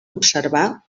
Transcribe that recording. observar